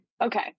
Okay